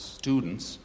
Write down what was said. students